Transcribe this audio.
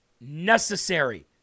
necessary